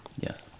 Yes